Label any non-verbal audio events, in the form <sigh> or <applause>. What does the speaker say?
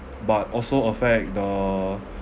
but also affect the <breath>